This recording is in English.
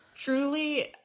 Truly